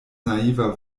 naiva